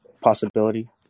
possibility